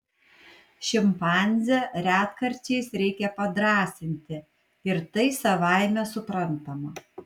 šimpanzę retkarčiais reikia padrąsinti ir tai savaime suprantama